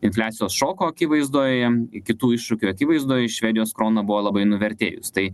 infliacijos šoko akivaizdoj kitų iššūkių akivaizdoj švedijos krona buvo labai nuvertėjus tai